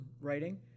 writing